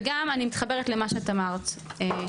וגם אני מתחברת למה שאת אמרת שני,